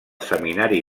seminari